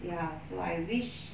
ya so I wish